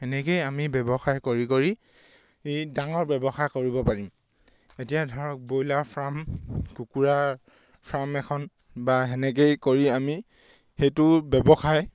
সেনেকৈয়ে আমি ব্যৱসায় কৰি কৰি ডাঙৰ ব্যৱসায় কৰিব পাৰিম এতিয়া ধৰক ব্ৰইলাৰ ফাৰ্ম কুকুৰাৰ ফাৰ্ম এখন বা সেনেকৈয়ে কৰি আমি সেইটো ব্যৱসায়